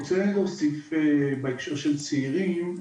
אני רוצה להוסיף בהקשר של צעירים,